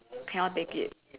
cannot take it